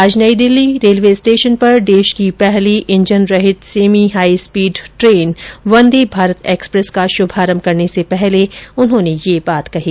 आज New Delhi railway station पर देश की पहली इंजन रहित semi high speed train Vande Bharat express का शुभारम्भ करने से पहले उन्होंने ये बात कही